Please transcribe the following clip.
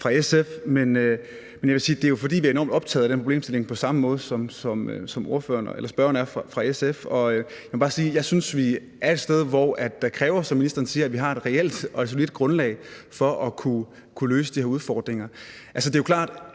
sige, at det jo er, fordi vi er enormt optaget af den problemstilling på samme måde, som spørgeren fra SF er. Jeg vil bare sige, at jeg synes, at vi er et sted, hvor det kræver – som ministeren siger – at vi har et reelt og solidt grundlag for at kunne løse de her udfordringer.